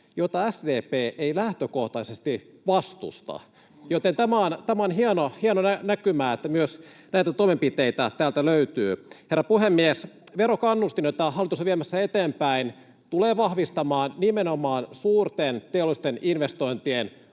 jota SDP ei lähtökohtaisesti vastusta, joten tämä on hieno näkymä, että myös näitä toimenpiteitä täältä löytyy. Herra puhemies! Verokannustin, jota hallitus on viemässä eteenpäin, tulee vahvistamaan nimenomaan suurten teollisten investointien